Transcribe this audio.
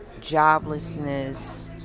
joblessness